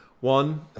One